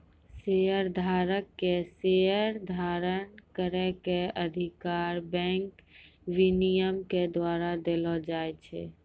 शेयरधारक के शेयर धारण करै के अधिकार बैंक विनियमन के द्वारा देलो जाय छै